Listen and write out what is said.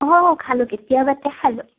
অঁ খালোঁ কেতিয়াবাতে খালোঁ